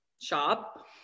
shop